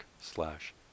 slash